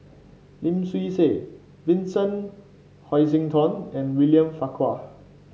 Lim Swee Say Vincent Hoisington and William Farquhar